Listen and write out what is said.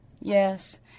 yes